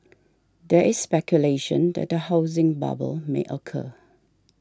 there is speculation that a housing bubble may occur